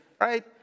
Right